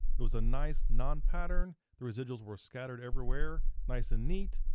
it was a nice, non-pattern, the residuals were scattered everywhere, nice and neat,